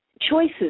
choices